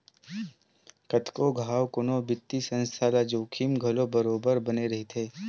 कतको घांव कोनो बित्तीय संस्था ल जोखिम घलो बरोबर बने रहिथे